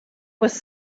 was